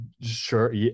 sure